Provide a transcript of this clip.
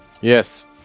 Yes